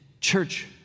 church